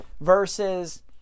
versus